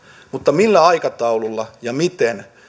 millä aikataululla ja miten